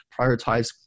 prioritize